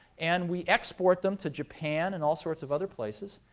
and we export them to japan, and all sorts of other places.